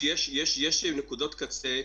יבואן שלא יביא,